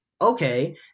okay